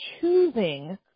choosing